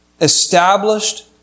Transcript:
established